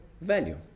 value